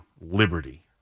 Liberty